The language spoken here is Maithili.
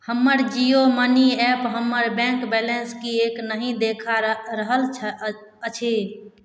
हमर जियो मनी एप हमर बैंक बैलेंस किएक नहि देखा रहल अछि